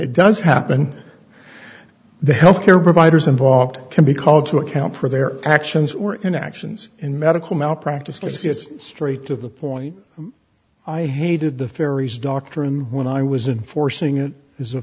it does happen the health care providers involved can be called to account for their actions or inactions in medical malpractise cases straight to the point i hated the faeries doctrine when i was in forcing it is a